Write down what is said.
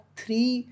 three